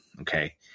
Okay